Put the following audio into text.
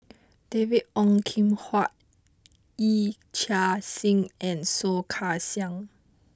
David Ong Kim Huat Yee Chia Hsing and Soh Kay Siang